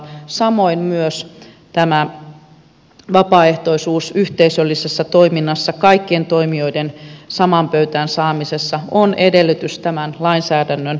samoin myös tämä vapaaehtoisuus yhteisöllisessä toiminnassa kaikkien toimijoiden samaan pöytään saamisessa on edellytys tämän lainsäädännön eteenpäinviemiseksi